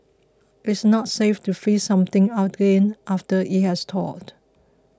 it is not safe to freeze something again after it has thawed